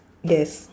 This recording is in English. yes